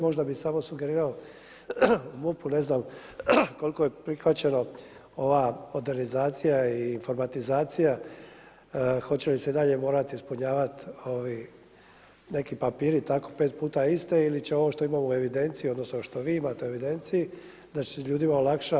Možda bi samo sugerirao MUP-u, ne znam koliko je prihvaćeno ova modernizacija i formatizacija hoće li se i dalje morati ispunjavati neki papiri tako 5 puta iste ili će ovo što imamo u evidenciji odnosno što vi imate u evidenciji da se ljudima olakša.